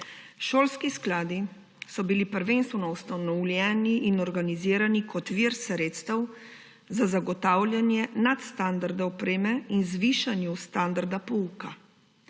Šolski skladi so bili prvenstveno ustanovljeni in organizirani kot vir sredstev za zagotavljanje nadstandardov opreme in zvišanju standarda pouka.